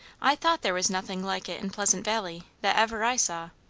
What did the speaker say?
i thought there was nothing like it in pleasant valley, that ever i saw.